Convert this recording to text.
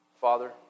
Father